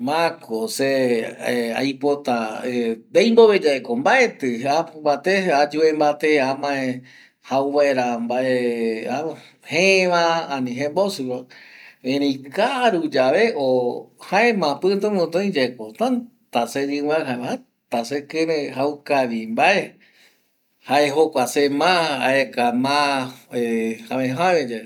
Ma ko se aipota, neimbove ye ko mbaetɨ apo mbate ayue mbate amae jau vaera mbae jëë va, ani jembosɨ va, erei karu yave o jaema pɨtu pɨtu oi yae ko, tätä se yɨmbɨaɨ, jaema tätä sekɨreɨ jau kavi mbae, jae jokua se ma aeka javë javë ye.